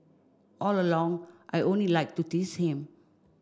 all along I only like to tease him